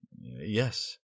yes